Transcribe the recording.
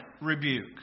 rebuke